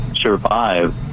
survive